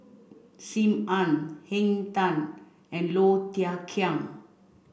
Sim Ann Henn Tan and Low Thia Khiang